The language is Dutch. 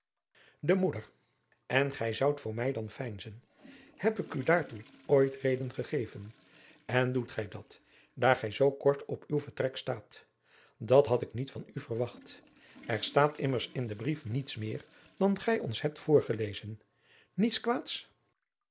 de moeder en gij zoudt voor mij dan veinzen heb ik u daartoe ooit reden gegeven en doet gij dat daar gij zoo kort op uw vertrek staat dat had ik niet van u verwacht er staat immers in den brief niets meer dan gij ons hebt voorgelezen niets kwaads